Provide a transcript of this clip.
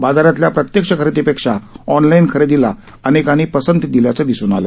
बाजारातल्या प्रत्यक्ष खरेदीपेक्षा ऑनलाईन खरेदीला अनेकांनी पसंती दिल्याचं दिसून आलं